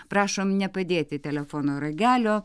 prašom nepadėti telefono ragelio